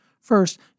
First